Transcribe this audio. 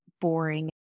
boring